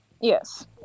Yes